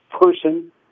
person